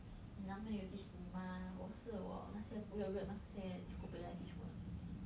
你男朋友 teach 你 mah 我是我那些 weird weird 那些 cheekopek 来 teach 我的跟你讲